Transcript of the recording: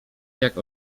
jak